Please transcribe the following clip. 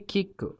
Kick